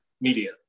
media